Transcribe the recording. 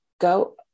go